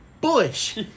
bush